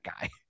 guy